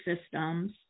systems